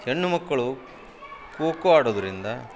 ಹೆಣ್ಣು ಮಕ್ಕಳು ಖೋ ಖೋ ಆಡೋದರಿಂದ